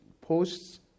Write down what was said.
posts